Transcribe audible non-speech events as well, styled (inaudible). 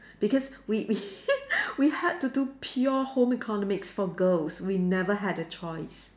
because we we (laughs) we had to do pure home economics for girls we never had a choice